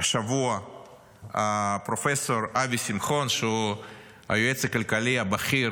השבוע פרופ' אבי שמחון, שהוא היועץ הכלכלי הבכיר